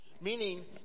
meaning